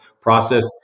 process